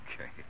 Okay